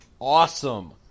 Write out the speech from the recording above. awesome